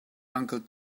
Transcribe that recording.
uncle